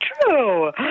true